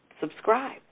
subscribe